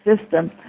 system